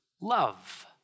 love